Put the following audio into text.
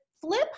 flip